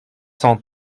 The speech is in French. cent